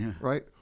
right